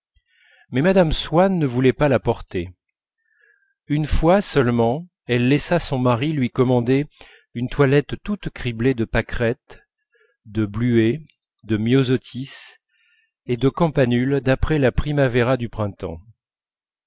mais mme swann ne voulait pas la porter une fois seulement elle laissa son mari lui commander une toilette toute criblée de pâquerettes de bluets de myosotis et de campanules d'après la primavera du printemps